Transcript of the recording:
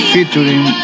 Featuring